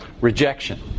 Rejection